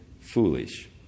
foolish